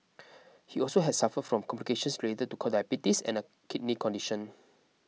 he also has suffered from complications related to diabetes and a kidney condition